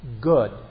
good